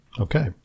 okay